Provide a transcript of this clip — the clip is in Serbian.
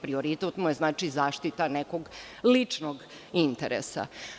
Prioritet mu je, znači, zaštita nekog ličnog interesa.